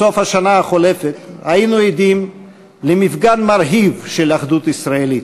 בסוף השנה החולפת היינו עדים למפגן מרהיב של אחדות ישראלית,